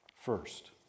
First